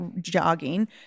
jogging